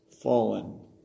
Fallen